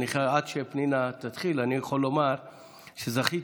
עד שפנינה תתחיל אני יכול לומר שזכיתי,